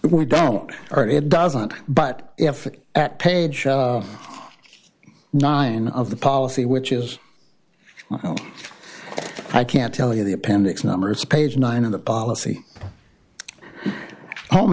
we don't or it doesn't but if at page nine of the policy which is i can't tell you the appendix numbers page nine of the policy home